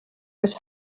was